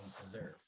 deserve